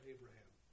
Abraham